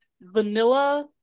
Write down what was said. vanilla